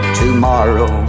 tomorrow